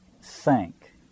sank